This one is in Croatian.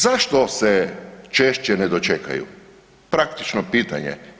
Zašto se češće ne dočekaju, praktično pitanje.